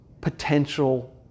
potential